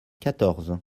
quatorze